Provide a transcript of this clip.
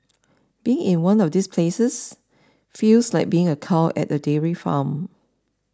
being in one of these places feels like being a cow at a dairy farm